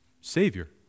Savior